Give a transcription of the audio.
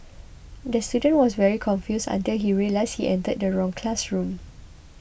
the student was very confused until he realised he entered the wrong classroom